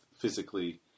physically